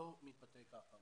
לא מתבטא כך.